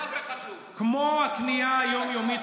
כמו הכניעה היום-יומית,